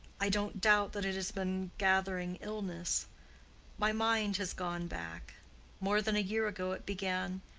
i don't doubt that it has been gathering illness my mind has gone back more than a year ago it began.